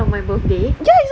still on my birthday